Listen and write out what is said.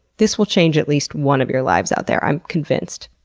this will change at least one of your lives out there, i'm convinced.